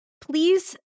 please